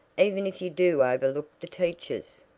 even if you do overlook the teachers.